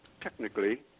technically